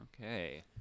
Okay